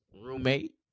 roommate